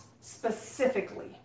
specifically